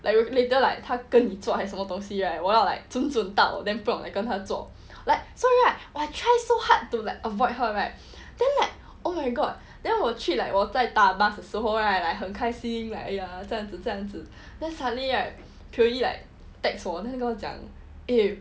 like you later like 他跟你坐还是很么东西 right 我要 like 准准到 then 不用 like 跟他坐 like so right I try so hard to like avoid her right then like oh my god then 我去 like 我在搭 bus 的时候 right like 很开心 like !aiya! 这样子这样子 then suddenly right pio yee like text 我 then 跟我讲 eh